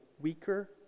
weaker